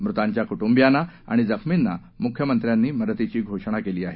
मृतांच्या कुटुंबियांना आणि जखमींना मुख्यमंत्र्यांनी मदतीची घोषणा केली आहे